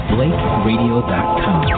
BlakeRadio.com